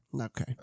Okay